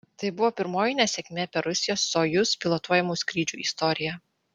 tai buvo pirmoji nesėkmė per rusijos sojuz pilotuojamų skrydžių istoriją